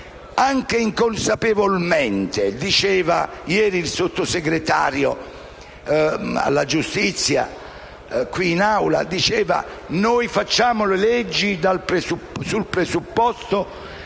anche inconsapevolmente. Diceva ieri il Sottosegretario per la giustizia in Aula che noi facciamo le leggi sul presupposto